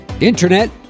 internet